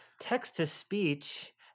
text-to-speech